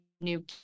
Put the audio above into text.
New